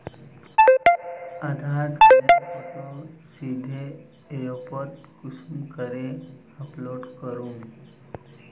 आधार कार्डेर फोटो सीधे ऐपोत कुंसम करे अपलोड करूम?